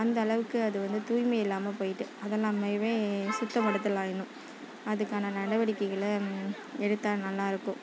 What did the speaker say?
அந்தளவுக்கு அது வந்து தூய்மை இல்லாமல் போய்ட்டு அதை நம்மவே சுத்தம் படுத்தலாம் இன்னும் அதுக்கான நடவடிக்கைகளை எடுத்தால் நல்லாயிருக்கும்